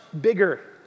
bigger